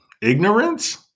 Ignorance